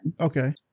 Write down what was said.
Okay